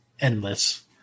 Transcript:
endless